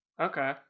Okay